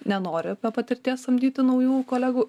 nenori be patirties samdyti naujų kolegų